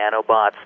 nanobots